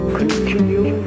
continue